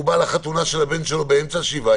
והוא בא לחתונה של הבן שלו באמצע השבעה,